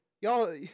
Y'all